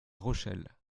rochelle